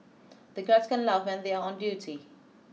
the guards can't laugh when they are on duty